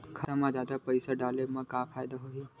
खाता मा जादा पईसा डाले मा का फ़ायदा होही?